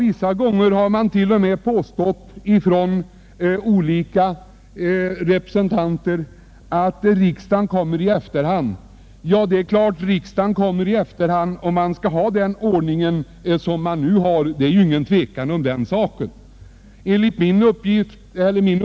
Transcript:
Ibland har man t.o.m. pästått att riksdagen kommer i efterhand. Och det är ju inget tvivel om att riksdagen kommer i efterhand om man Allmänpolitisk debatt Allmänpolitisk debatt har den ordning som nu råder.